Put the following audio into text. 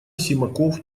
симаков